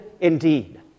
indeed